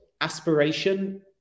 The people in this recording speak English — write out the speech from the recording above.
aspiration